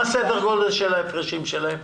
מה סדר הגודל של ההפרשים שלהם?